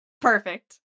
Perfect